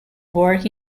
work